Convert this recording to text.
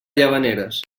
llavaneres